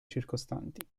circostanti